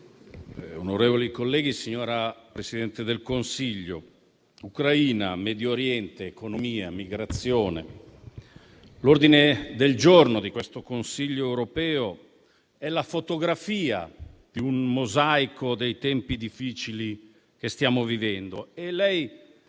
signora Presidente del Consiglio, Ucraina, Medio Oriente, economia, migrazione: l'ordine del giorno al prossimo Consiglio europeo è la fotografia di un mosaico dei tempi difficili che stiamo vivendo. E